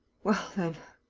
well, then.